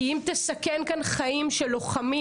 כי אם תסכן כאן חיים של לוחמים,